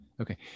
Okay